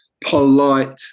polite